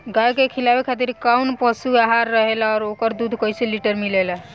गाय के खिलावे खातिर काउन पशु आहार अच्छा रहेला और ओकर दुध कइसे लीटर मिलेला?